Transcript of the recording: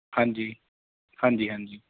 ਹਾਂਜੀ ਹਾਂਜੀ ਹਾਂਜੀ